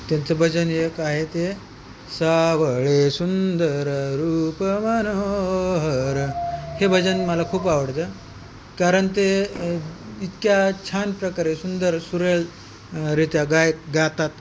त्यांचं भजन एक आहे ते सावळे सुंदर रूप मनोहर हे भजन मला खूप आवडतं कारण ते इतक्या छान प्रकारे सुंदर सुरेल रित्या गायक गातात